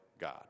God